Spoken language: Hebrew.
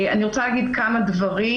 אני רוצה להגיד כמה דברים.